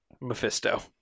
Mephisto